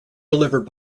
delivered